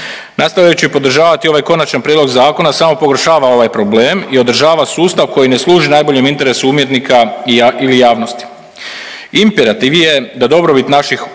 nastavljajući podržavaj ovaj Konačan prijedlog zakona samo pogoršava ovaj problem i održava sustav koji ne služi najboljem interesu umjetnika ili javnosti.